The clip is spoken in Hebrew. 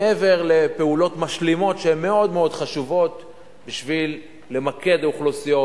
מעבר לפעולות משלימות שהן מאוד חשובות בשביל למקד אוכלוסיות.